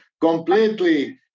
Completely